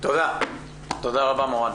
תודה רבה מורן.